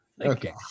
okay